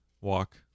walk